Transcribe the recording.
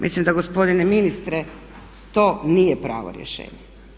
Mislim da gospodine ministre to nije pravo rješenje.